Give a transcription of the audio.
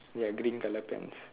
ya green colour pants